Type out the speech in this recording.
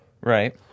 Right